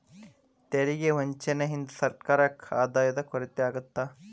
ತೆರಿಗೆ ವಂಚನೆಯಿಂದ ಸರ್ಕಾರಕ್ಕ ಆದಾಯದ ಕೊರತೆ ಆಗತ್ತ